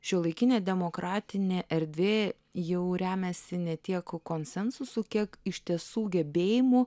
šiuolaikinė demokratinė erdvė jau remiasi ne tiek konsensusu kiek iš tiesų gebėjimu